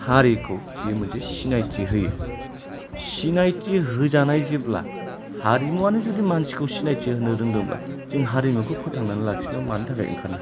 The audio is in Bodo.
हारिखौ बेयो मोनसे सिनायथि होयो सिनायथि होजानाय जेब्ला हारिमुआनो जुदि मानसिखौ सिनायथि होनो रोंदोंब्ला जों हारिमुखौ फोथांनानै लाखिनायाव मानि थाखाय ओंखारनो हाया